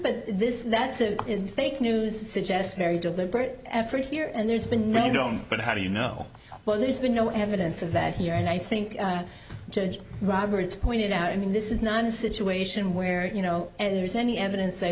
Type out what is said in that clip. but this that is fake news suggest very deliberate effort here and there's been no but how do you know what there's been no evidence of that here and i think judge roberts pointed out i mean this is not a situation where you know there's any evidence they